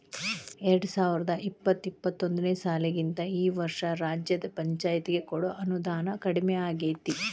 ಎರ್ಡ್ಸಾವರ್ದಾ ಇಪ್ಪತ್ತು ಇಪ್ಪತ್ತೊಂದನೇ ಸಾಲಿಗಿಂತಾ ಈ ವರ್ಷ ರಾಜ್ಯದ್ ಪಂಛಾಯ್ತಿಗೆ ಕೊಡೊ ಅನುದಾನಾ ಕಡ್ಮಿಯಾಗೆತಿ